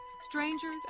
Strangers